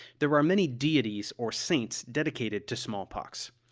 there are many deities or saints dedicated to smallpox.